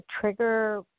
trigger